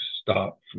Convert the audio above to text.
stop